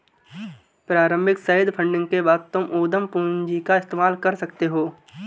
प्रारम्भिक seed funding के बाद तुम उद्यम पूंजी का इस्तेमाल कर सकते हो